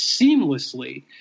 seamlessly